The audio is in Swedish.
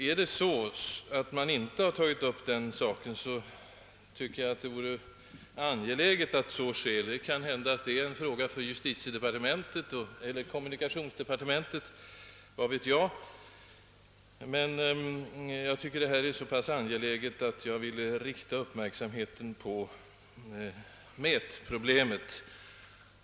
Om man ännu inte tagit upp detta problem bör så ske snarast möjligt. Det är kanske en angelägenhet för justitiedepartementet eller kommunikationsdepartementet, men problemet är så pass angeläget, att jag vill rikta uppmärksamheten på det.